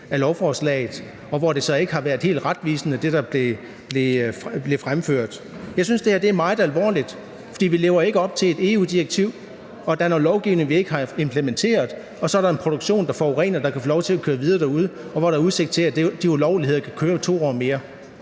fremført, har så ikke været helt retvisende. Jeg synes, det her er meget alvorligt, for vi lever ikke op til et EU-direktiv, og der er noget lovgivning, vi ikke har implementeret, og så er der en produktion, der forurener, der kan få lov til at køre videre derude. Og der er udsigt til, at de ulovligheder kan køre i 2 år mere.